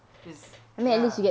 cause ya